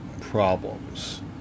problems